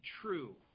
true